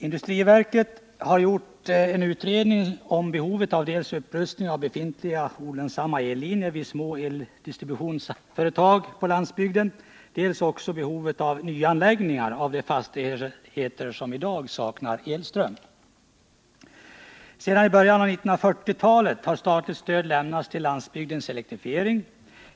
Industriverket har gjort en utredning om behovet av dels upprustning av befintliga olönsamma ellinjer vid små eldistributionsföretag på landsbygden, dels nyanläggningar av de fastigheter som i dag saknar elström. Sedan i början av 1940-talet har statligt stöd lämnats till landsbygdens elektrifiering.